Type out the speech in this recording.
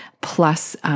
plus